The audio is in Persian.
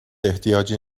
احتیاجی